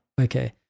Okay